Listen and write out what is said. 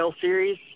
series